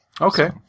Okay